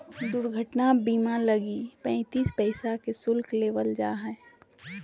दुर्घटना बीमा लगी पैंतीस पैसा के शुल्क लेबल जा हइ